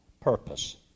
purpose